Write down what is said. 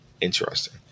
Interesting